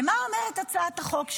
ומה אומרת הצעת החוק שלי?